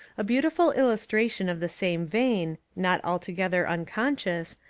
a beautiful illustration of the same vein, not altogether unconscious,